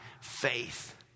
faith